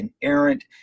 inerrant